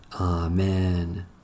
Amen